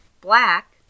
black